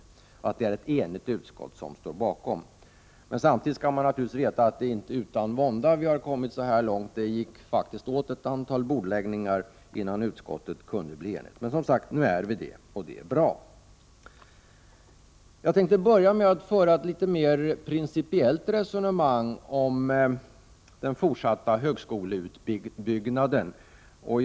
Det är alltså ett enigt utskott som står bakom skrivningen. Samtidigt vill jag säga att det inte är utan vånda som vi har kommit så här långt. Det behövdes faktiskt ett antal bordläggningar innan utskottet kunde bli enigt. Jag tycker alltså att det är bra att utskottet nu är enigt. Jag tänkte börja med ett mera principiellt resonemang om den fortsatta utbyggnaden av högskoleutbildningen.